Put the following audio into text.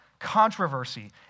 controversy